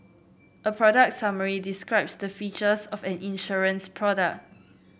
a product summary describes the features of an insurance product